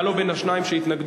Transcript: אתה לא בין השניים שהצביעו?